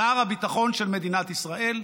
שר הביטחון של מדינת ישראל.